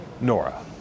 Nora